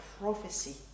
prophecy